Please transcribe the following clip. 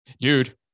dude